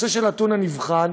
הנושא של הטונה נבחן,